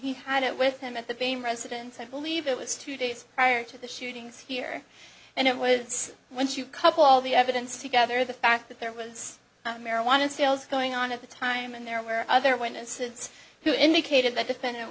he had it with him at the same residence i believe it was two days prior to the shootings here and it was when to couple all the evidence together the fact that there was a marijuana sales going on at the time and there were other witnesses who indicated the defend